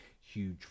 huge